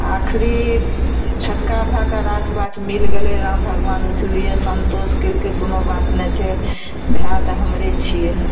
आखरी छोटका भाएके राजपाट मिल गेलै राम भगबान एहि लिए सन्तुष्ट कयलकै कोनो बात नहि छै भाए तऽ हमरे छियै